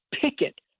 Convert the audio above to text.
picket